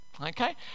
Okay